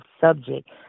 subject